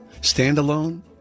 Standalone